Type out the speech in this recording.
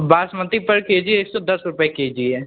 बासमती पर K G एक सौ दस रुपये के जी है